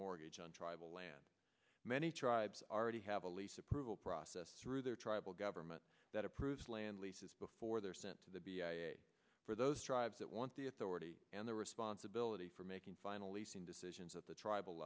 mortgage on tribal land many tribes are ready have a lease approval process through their tribal government that approves land leases before they're sent to the for those tribes that want the authority and the responsibility for making final leasing decisions at the tribal